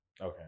Okay